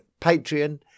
Patreon